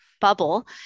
bubble